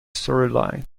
storyline